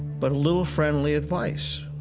but a little friendly advice